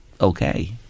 okay